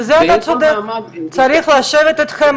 בזה אתה צודק, צריך לשבת איתכם.